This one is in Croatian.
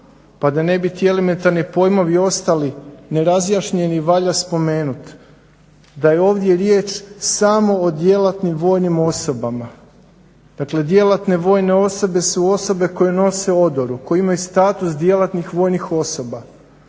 pa da ne bi ti elementarni pojmovi ostali nerazjašnjeni valja spomenut da je ovdje riječ samo o djelatnim vojnim osobama. Dakle, djelatne vojne osobe su osobe koje nose odoru, koje imaju status djelatnih vojnih osoba.